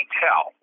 tell